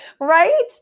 right